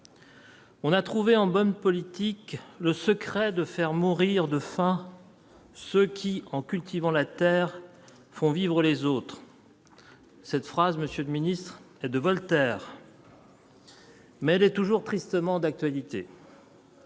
On a trouvé en bonne politique le secret de faire mourir de faim, ce qui en cultivant la terre font vivre les autres cette phrase Monsieur le Ministre, de Voltaire. Mais elle est toujours tristement d'actualité.